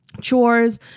chores